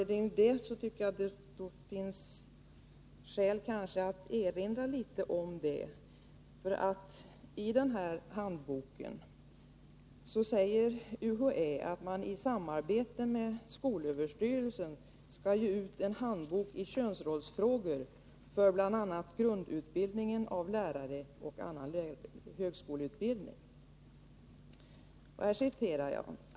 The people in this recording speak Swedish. Det kan finnas skäl att erinra litet om detta handlingsprogram. I detsamma sägs att UHÄ i samarbete med skolöverstyrelsen skall ge ut en handbok i könsrollsfrågor för bl.a. grundutbildningen av lärare och annan högskoleutbildning.